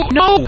no